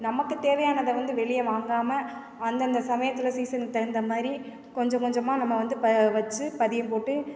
நமக்கு தேவையானதை வந்து வெளியே வாங்காமல் அந்தந்த சமயத்தில் சீசனுக்குத் தகுந்த மாதிரி கொஞ்சம் கொஞ்சமாக நம்ம வந்து ப வச்சு பதியம் போட்டு